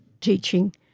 teaching